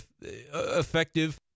effective